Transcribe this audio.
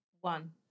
one